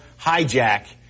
hijack